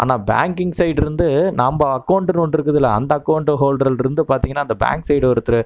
ஆனால் banking side இருந்து நம்ம அக்கோண்ட்டு ஹோல்ட்ரு இருக்குதுல அந்த அக்கோண்ட்டு ஹோல்டரல்ருந்து பார்த்திங்கனா அந்த பேங்க் சைட் ஒருத்தர்